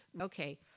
Okay